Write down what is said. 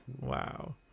Wow